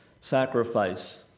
Sacrifice